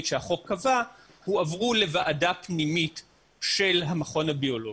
שהחוק קבע הועברו לוועדה פנימית של המכון הביולוגי,